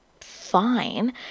fine